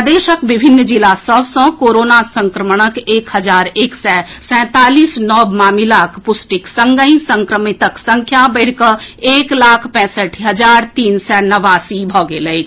प्रदेशक विभिन्न जिला सभ सँ कोरोना संक्रमणक एक हजार एक सय सैंतालीस नव मामिलाक पुष्टिक संगहि संक्रमितक संख्या बढ़िकऽ एक लाख पैंसठि हजार तीन सय नवासी भऽ गेल अछि